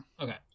Okay